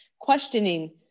questioning